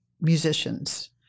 musicians